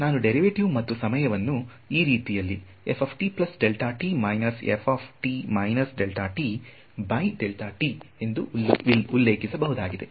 ನಾನು ಡೇರಿವೆಟಿವ್ ಮತ್ತು ಸಮಯವನ್ನು ಈ ರೀತಿಯಲ್ಲಿ ಉಲ್ಲೇಖಿಸಬಹುದಾಗಿದೆ